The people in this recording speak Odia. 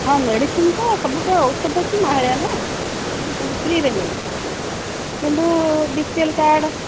ହଁ ମେଡ଼ିସିନ୍ ତ ସବୁ ତ ଔଷଧ ଏଠି ମାହାଳିଆ ନା ସବୁ ଫ୍ରିରେ ମିଳୁଛି କିନ୍ତୁ ବି ପି ଏଲ୍ କାର୍ଡ଼୍